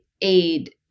aid